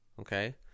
Okay